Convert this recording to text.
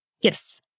Yes